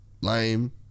lame